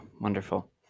wonderful